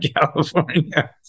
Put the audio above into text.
California